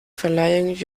verleihung